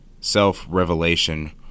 self-revelation